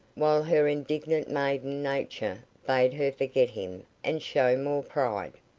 while her indignant maiden nature bade her forget him and show more pride.